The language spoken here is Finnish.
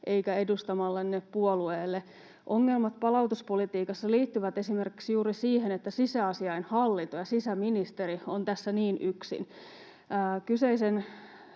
eikä edustamallenne puolueelle. Ongelmat palautuspolitiikassa liittyvät esimerkiksi juuri siihen, että sisäasiainhallinto ja sisäministeri ovat tässä niin yksin.